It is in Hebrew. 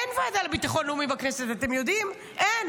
אין